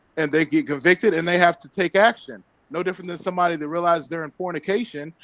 and they get convicted and they have to take action no different than somebody that realize they're in fornication.